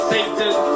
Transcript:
Satan